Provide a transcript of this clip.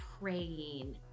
praying